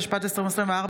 התשפ"ד 2024,